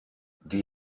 die